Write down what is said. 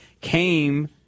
came